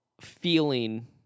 feeling